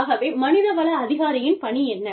ஆகவே மனித வள அதிகாரியின் பணி என்ன